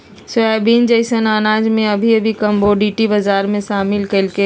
soybean जैसन अनाज के अभी अभी कमोडिटी बजार में शामिल कइल गेल हइ